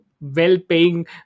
well-paying